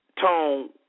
Tone